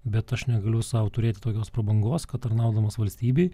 bet aš negaliu sau turėti tokios prabangos kad tarnaudamas valstybei